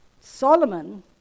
Solomon